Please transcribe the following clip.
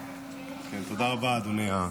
תודה רבה, אדוני.